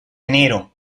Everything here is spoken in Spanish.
enero